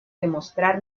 demostrar